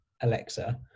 Alexa